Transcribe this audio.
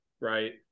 right